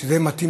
שזה יהיה מתאים,